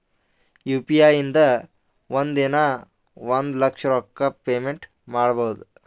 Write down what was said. U P I ಇಂದ ಒಂದ್ ದಿನಾ ಒಂದ ಲಕ್ಷ ರೊಕ್ಕಾ ಪೇಮೆಂಟ್ ಮಾಡ್ಬೋದ್